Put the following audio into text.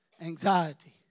anxiety